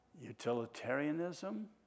Utilitarianism